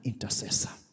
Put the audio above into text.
intercessor